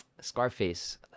Scarface